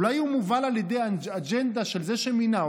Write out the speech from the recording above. אולי הוא מובל על ידי אג'נדה של זה שמינה אותו,